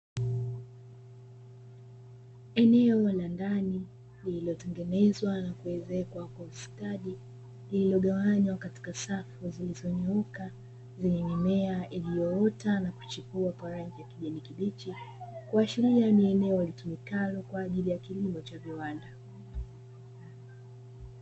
Eneo la ndani ya lililotengeneza na kuezekwa vizuri katika safu zilizo na mimea iliyoota na kuchipua miche, kuashiria ni eneo litumikalo kwa ajili ya kilimo cha viwanda.